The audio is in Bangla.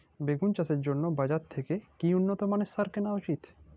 বেগুন চাষের জন্য বাজার থেকে কি উন্নত মানের সার কিনা উচিৎ?